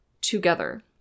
together